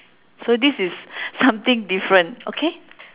so this is something different okay